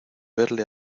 verle